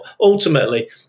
ultimately